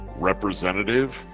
Representative